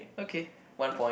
okay one point